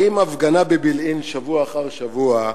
האם הפגנה בבילעין, שבוע אחר שבוע,